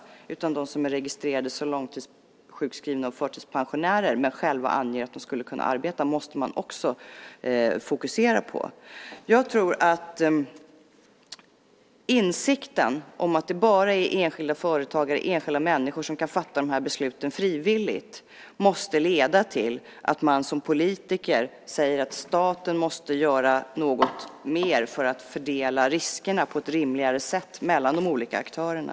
Man måste också fokusera på dem som är registrerade som långtidssjukskrivna eller som förtidspensionärer men själva anger att de skulle kunna arbeta. Insikten om att det bara är enskilda företagare och enskilda människor som kan fatta dessa beslut frivilligt måste leda till att man som politiker säger att staten måste göra något mer för att fördela riskerna på ett rimligare sätt mellan de olika aktörerna.